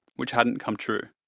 which hadn't come true.